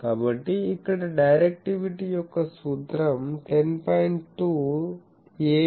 కాబట్టి ఇక్కడ డైరెక్టివిటీ యొక్క సూత్రం 10